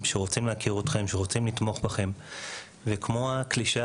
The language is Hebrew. שרוצים להכיר אתכם ולתמוך בכם.״ כמו הקלישאה